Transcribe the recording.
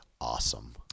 awesome